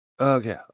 Okay